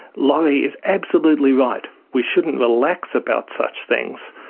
laurie is absolutely right, we shouldn't relax about such things,